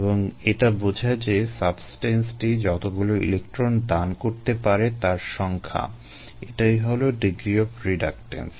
এবং এটা বোঝায় যে সাবস্টেন্সটি যতগুলো ইলেক্ট্রন দান করতে পারে তার সংখ্যা এটাই হলো ডিগ্রি অফ রিডাকটেন্স